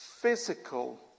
physical